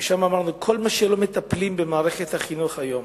ושם אמרנו שכל מה שלא מטפלים במערכת החינוך היום